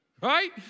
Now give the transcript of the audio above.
Right